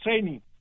training